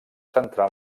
centrà